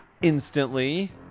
instantly